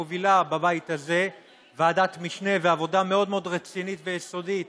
מובילה בבית הזה ועדת משנה ועבודה מאוד מאוד רצינית ויסודית